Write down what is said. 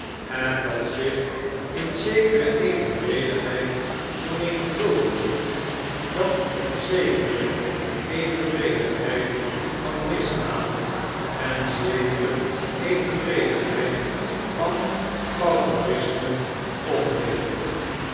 en dat zich in zekere evenredigheid vermenigvuldigde dat zekere evenredigheid van misdaden en zekere evenredigheid van pauperisme opleverde